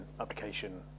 application